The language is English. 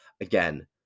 Again